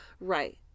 Right